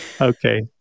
Okay